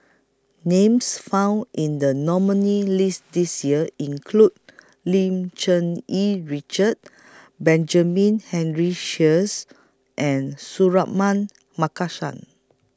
Names found in The nominees' list This Year include Lim Cherng Yih Richard Benjamin Henry Sheares and Suratman Markasan